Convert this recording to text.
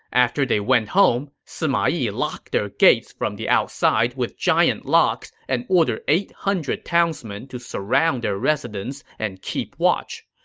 after they went home, sima yi locked their gates from the outside with big and locks and ordered eight hundred townsmen to surround their residence and keep watch.